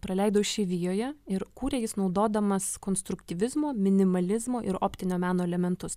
praleido išeivijoje ir kūrė jis naudodamas konstruktyvizmo minimalizmo ir optinio meno elementus